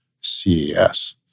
CES